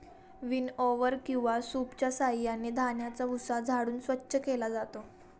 विनओवर किंवा सूपच्या साहाय्याने धान्याचा भुसा झाडून स्वच्छ केला जातो